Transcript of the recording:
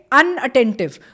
unattentive